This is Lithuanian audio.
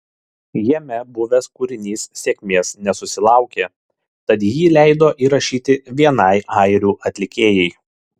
jame buvęs kūrinys sėkmės nesusilaukė tad jį leido įrašyti vienai airių atlikėjai